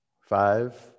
Five